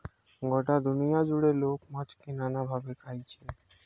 গটা দুনিয়া জুড়ে লোক মাছকে নানা ভাবে খাইছে